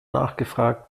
nachgefragt